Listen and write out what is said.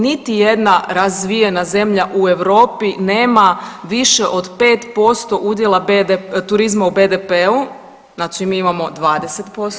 Niti jedna razvijena zemlja u Europi nema više od 5% udjela turizma u BDP-u, znači mi imamo 20%